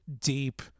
deep